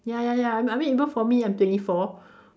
ya ya ya I mean even for me I'm twenty four